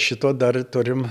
šito dar turim